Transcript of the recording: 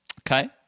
Okay